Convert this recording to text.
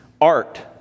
Art